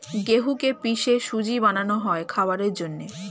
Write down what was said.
গেহুকে পিষে সুজি বানানো হয় খাবারের জন্যে